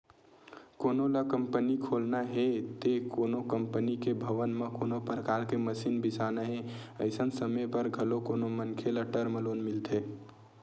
कोनो ल कंपनी खोलना हे ते कोनो कंपनी के भवन म कोनो परकार के मसीन बिसाना हे अइसन समे बर घलो कोनो मनखे ल टर्म लोन मिलथे